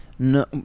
no